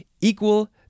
Equal